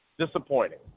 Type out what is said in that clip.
disappointing